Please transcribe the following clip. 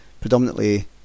predominantly